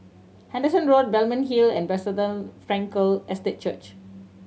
Henderson Road Balmeg Hill and Bethesda Frankel Estate Church